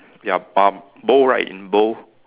ya uh bold right in bold